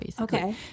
Okay